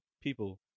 people